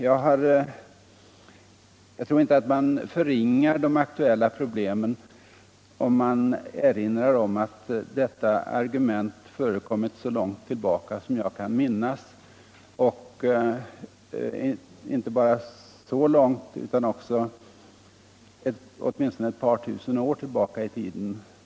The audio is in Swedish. Jag tror inte att jag förringar de aktuella problemen genom att erinra om att detta argument förekommit så långt tillbaka som jag kan minnas — och inte bara så långt utan åtminstone sedan ett par tusen år tillbaka i tiden.